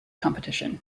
competition